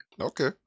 Okay